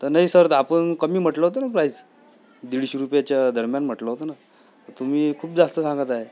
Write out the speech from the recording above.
तर नाही सर आपण कमी म्हटलं होतं ना प्राईस दीडशे रुपयाच्या दरम्यान म्हटलं होतं ना तुम्ही खूप जास्त सांगत आहे